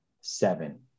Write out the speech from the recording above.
Seven